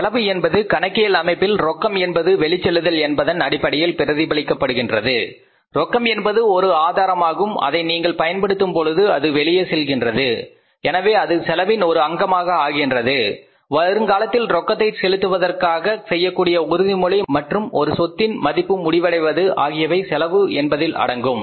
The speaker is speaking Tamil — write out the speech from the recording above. செலவு என்பது கணக்கியல் அமைப்பில் ரொக்கம் என்பது வெளிச் செல்லுதல் என்பதன் அடிப்படையில் பிரதிபலிக்கின்றது ரொக்கம் என்பது ஒரு ஆதாரமாகும் அதை நீங்கள் பயன்படுத்தும் பொழுது அது வெளியே செல்கின்றது எனவே அது செலவின் ஒரு அங்கமாக ஆகின்றது வருங்காலத்தில் ரொக்கத்தை செலுத்துவதற்காக செய்யக்கூடிய உறுதிமொழி மற்றும் ஒரு சொத்தின் மதிப்பு முடிவடைவது ஆகியவை செலவு என்பதில் அடங்கும்